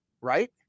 right